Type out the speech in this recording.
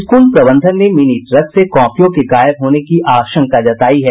school प्रबंधन ने mini truck से कॉपियों के गायब होने की आशंका जतायी है